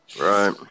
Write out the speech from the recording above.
right